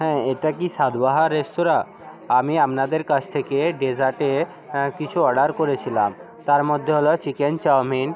হ্যাঁ এটা কি সাতবাহার রেস্তোরাঁ আমি আপনাদের কাছ থেকে ডেজার্টে কিছু অর্ডার করেছিলাম তার মধ্যে হলো চিকেন চাউমিন